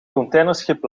containerschip